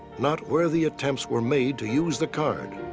not where the attempts were made to use the card.